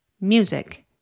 Music